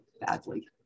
badly